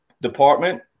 Department